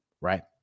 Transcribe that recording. Right